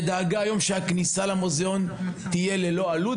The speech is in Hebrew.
שדאגה שהכניסה למוזיאון תהיה ללא עלות.